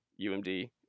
UMD